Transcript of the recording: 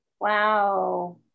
Wow